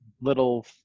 little